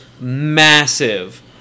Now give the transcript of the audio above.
massive